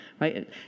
right